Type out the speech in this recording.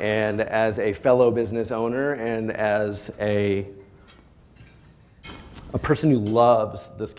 and as a fellow business owner and as a a person who loves this